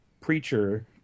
Preacher